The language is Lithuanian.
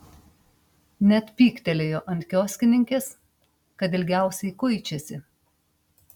net pyktelėjo ant kioskininkės kad ilgiausiai kuičiasi